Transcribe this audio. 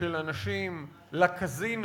של אנשים לקזינו